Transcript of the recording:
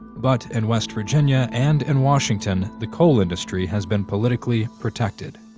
but in west virginia and in washington, the coal industry has been politically protected.